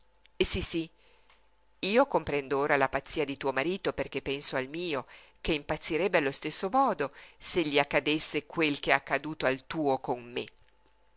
sí sí io comprendo ora la pazzia di tuo marito perché penso al mio che impazzirebbe allo stesso modo se gli accadesse quel che è accaduto al tuo con me